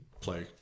play